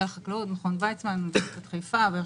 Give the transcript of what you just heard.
היא צפון אמריקה, מערב אירופה, מזרח אירופה.